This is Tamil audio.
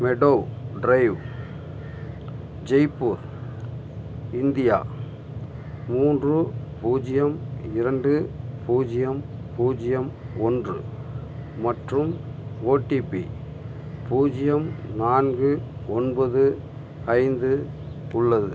மெடோவ் டிரைவ் ஜெய்ப்பூர் இந்தியா மூன்று பூஜ்ஜியம் இரண்டு பூஜ்ஜியம் பூஜ்ஜியம் ஒன்று மற்றும் ஓடிபி பூஜ்ஜியம் நான்கு ஒன்பது ஐந்து உள்ளது